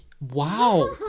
Wow